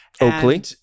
Oakley